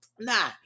Now